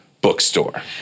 bookstore